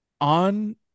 on